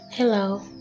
Hello